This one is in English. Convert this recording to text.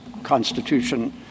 Constitution